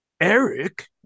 Eric